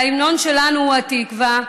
וההמנון שלנו הוא התקווה,